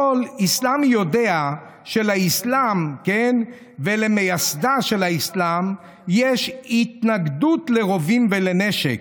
כל אסלמי יודע שלאסלאם ולמייסדה של האסלאם יש התנגדות לרובים ולנשק.